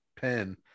pen